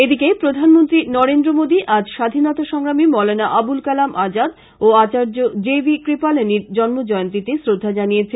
এদিকে প্রধানমন্ত্রী নরেন্দ্র মোদী আজ স্বাধীনতা সংগ্রামী মৌলানা আবুল কালাম আজাদ ও আচার্য্য জে বি কৃপালিনীর জন্ম জয়ন্তীতে শ্রদ্ধা জানিয়েছেন